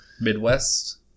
Midwest